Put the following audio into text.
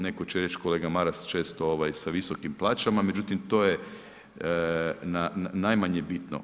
Neko će reći, kolega Maras često, sa visokim plaćama, međutim to je najmanje bitno.